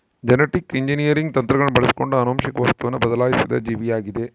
genetic engineering ತಂತ್ರಗಳನ್ನು ಬಳಸಿಕೊಂಡು ಆನುವಂಶಿಕ ವಸ್ತುವನ್ನು ಬದಲಾಯಿಸಿದ ಜೀವಿಯಾಗಿದ